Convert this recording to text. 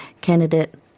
candidate